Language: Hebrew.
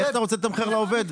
איך אתה רוצה לתמחר לעובד?